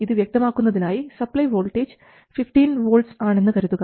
ഇത് വ്യക്തമാക്കുന്നതിനായി supply voltage 15 volts ആണെന്ന് കരുതുക